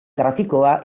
grafikoa